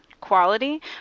quality